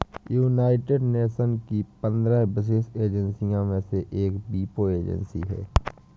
United Nations की पंद्रह विशेष एजेंसियों में से एक वीपो एजेंसी है